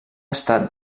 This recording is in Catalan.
estat